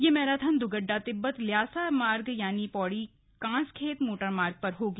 यह marathon Dugadda Tibet Lhasa मार्ग यानि पौड़ी कांसखेत मोटरमार्ग पर होगी